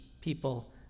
people